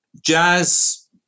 jazz